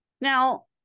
now